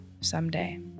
someday